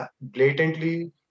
blatantly